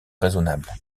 raisonnable